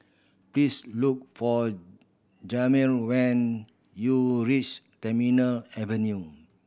please look for Jamir when you reach Terminal Avenue